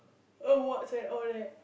awards and all that